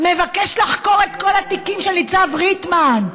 מבקש לחקור את כל התיקים של ניצב ריטמן,